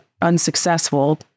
unsuccessful